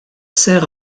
sert